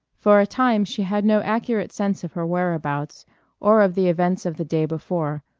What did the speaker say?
for a time she had no accurate sense of her whereabouts or of the events of the day before,